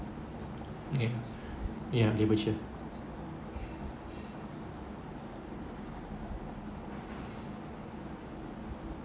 yeah